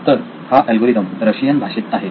तर हा algorithm Russian भाषेत आहे